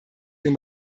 dem